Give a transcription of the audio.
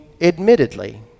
admittedly